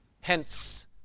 Hence